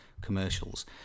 commercials